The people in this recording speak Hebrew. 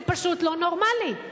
זה פשוט לא נורמלי.